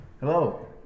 hello